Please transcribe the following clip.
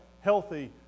healthy